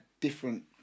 different